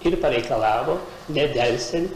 ir pareikalavo nedelsiant